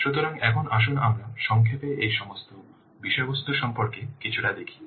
সুতরাং এখন আসুন আমরা সংক্ষেপে এই সমস্ত বিষয়বস্তু সম্পর্কে কিছুটা দেখি